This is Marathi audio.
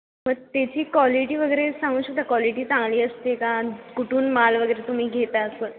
मग त्याची क्वालिटी वगैरे सांगू शकता क्वालिटी चांगली असते का आणि कुठून माल वगैरे तुम्ही घेता असं